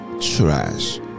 trash